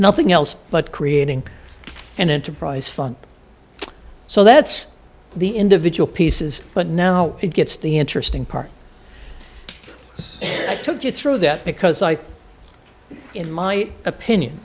nothing else but creating an enterprise fund so that's the individual pieces but now it gets the interesting part this took you through that because i in my opinion